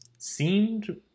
seemed